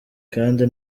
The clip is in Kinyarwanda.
kandi